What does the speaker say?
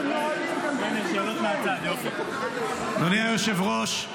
את הנהלים --- אדוני היושב-ראש,